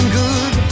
good